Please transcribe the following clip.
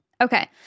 Okay